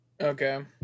Okay